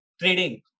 trading